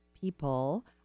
people